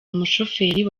umushoferi